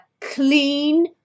clean